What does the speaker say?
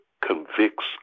convicts